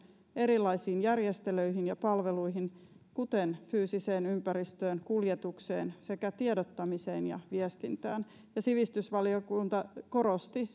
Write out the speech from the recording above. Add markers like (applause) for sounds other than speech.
erilaisiin järjestelyihin ja palveluihin kuten fyysiseen ympäristöön kuljetukseen sekä tiedottamiseen ja viestintään sivistysvaliokunta korosti (unintelligible)